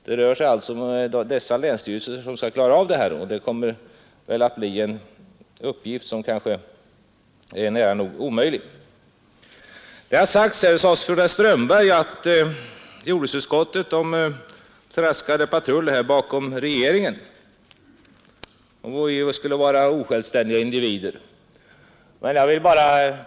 Det blev alltså länsstyrelserna i dessa län som skulle få dessa dispensärenden, och det blev för dem en kanske nära nog omöjlig uppgift att klara ärendena. Herr Strömberg sade att jordbruksutskottets ledamöter traskade patrullo bakom regeringen och var osjälvständiga.